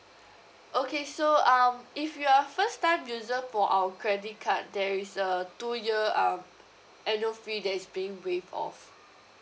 okay so um if you are first time user for our credit card there is a two year um annual fee that is being waived off